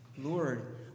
Lord